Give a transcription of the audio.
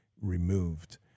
removed